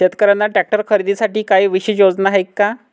शेतकऱ्यांना ट्रॅक्टर खरीदीसाठी काही विशेष योजना आहे का?